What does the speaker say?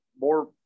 more